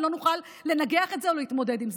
ולא נוכל לנגח את זה או להתמודד עם זה.